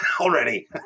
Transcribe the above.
already